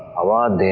alive